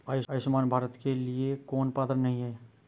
आयुष्मान भारत के लिए कौन पात्र नहीं है?